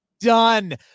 Done